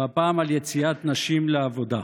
והפעם, על יציאת נשים לעבודה.